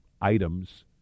items